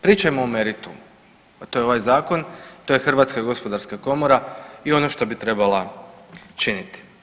Pričajmo o meritumu, a to je ovaj zakon, to je HGK i ono što bi trebala činiti.